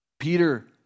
Peter